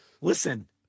Listen